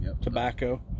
tobacco